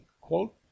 quote